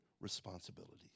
responsibilities